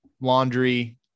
laundry